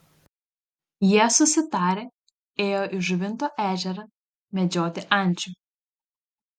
jie susitarę ėjo į žuvinto ežerą medžioti ančių